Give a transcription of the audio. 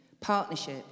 partnership